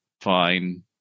Fine